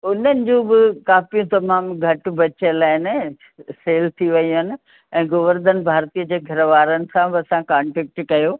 उन्हनि जो बि काफ़ी तमामु घटि बचियल आहिनि सेल थी वई आहिनि ऐं गोवर्धन भारती बि जे घर वारनि सां बि असां कॉन्टेक्ट कयो